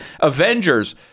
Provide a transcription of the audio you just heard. Avengers